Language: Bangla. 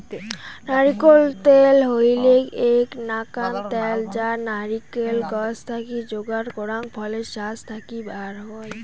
নারিকোল ত্যাল হইলেক এ্যাক নাকান ত্যাল যা নারিকোল গছ থাকি যোগার করাং ফলের শাস থাকি বার হই